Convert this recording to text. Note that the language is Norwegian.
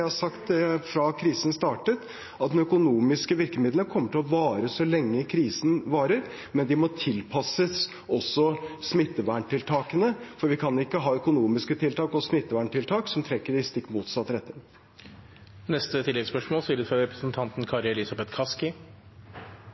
har sagt fra krisen startet, at de økonomiske virkemidlene kommer til å vare så lenge krisen varer, men de må også tilpasses smitteverntiltakene, for vi kan ikke ha økonomiske tiltak og smitteverntiltak som trekker i stikk motsatt retning. Kari Elisabeth Kaski – til oppfølgingsspørsmål. Representanten